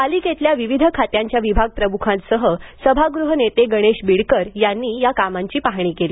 पालिकेतील विविध खात्यांच्या विभागप्रमुखांसह सभागृह नेते गणेश बीडकर यांनी या कामाची पाहणी केली